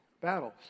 Battles